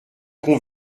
qu’on